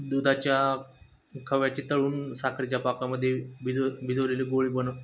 दुधाच्या खव्याची तळून साखरेच्या पाकामध्ये भिज भिजवलेली गोळी बनव